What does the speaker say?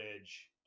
edge